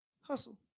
Hustle